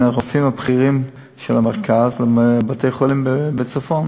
הרופאים הבכירים של המרכז לבתי-חולים בצפון.